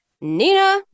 Nina